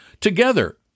together